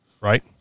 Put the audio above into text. right